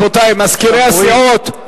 רבותי מזכירי הסיעות.